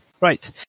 Right